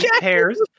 pairs